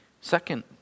second